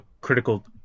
critical